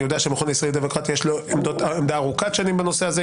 אני יודע שהמכון הישראלי לדמוקרטיה יש לו עמדה ארוכת שנים בנושא הזה,